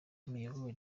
imiyoboro